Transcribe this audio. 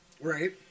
Right